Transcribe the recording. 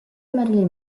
marilyn